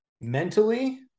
mentally